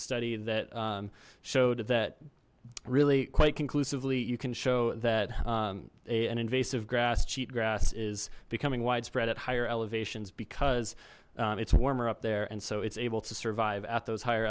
a study that showed that really quite conclusively you can show that an invasive grass cheatgrass is becoming widespread at higher elevations because it's warmer up there and so it's able to survive at those higher